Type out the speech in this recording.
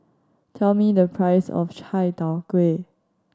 tell me the price of Chai Tow Kuay